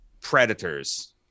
predators